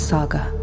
Saga